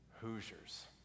Hoosiers